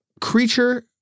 creature